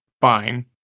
fine